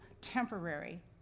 temporary